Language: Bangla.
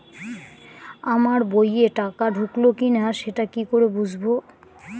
আমার বইয়ে টাকা ঢুকলো কি না সেটা কি করে বুঝবো?